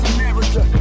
America